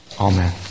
Amen